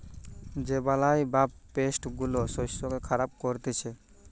যে বালাই বা পেস্ট গুলা শস্যকে খারাপ করতিছে